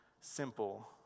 simple